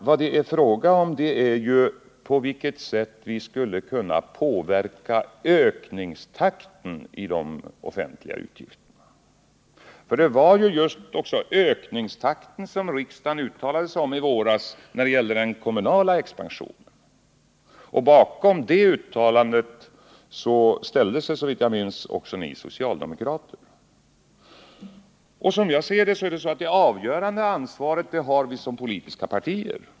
Vad frågan gäller är på vilket sätt vi kan påverka ökningstakten i de offentliga utgifterna. Det var just ökningstakten när det gäller den kommunala expansionen som riksdagen uttalade sig om i våras. Bakom det uttalandet ställde sig, såvitt jag minns, också ni socialdemokrater. Som jag ser det har vi som politiska partier det avgörande ansvaret.